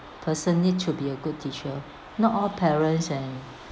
person need to be a good teacher not all parents and